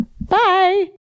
Bye